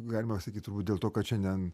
galima sakyt turbūt dėl to kad šiandien